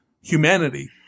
humanity